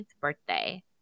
birthday